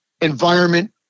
environment